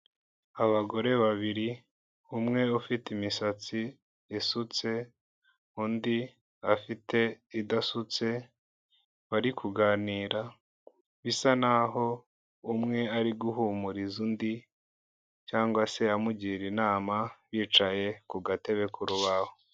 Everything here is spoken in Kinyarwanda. Abagore babiri, umwe ufite imisatsi isutse undi afite idasutse bari kuganira, bisa n'aho umwe ari guhumuriza undi cyangwa se amugira inama, bicaye ku gatebe k'urubaho.